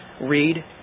read